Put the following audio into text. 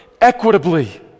equitably